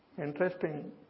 Interesting